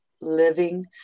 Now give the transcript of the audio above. living